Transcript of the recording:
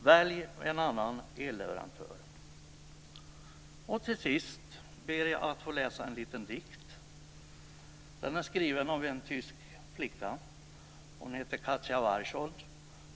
Välj en annan elleverantör! Till sist ber jag att få läsa en liten dikt. Den är skriven av en tysk flicka som heter Katja Warchold.